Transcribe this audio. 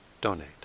donate